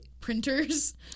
printers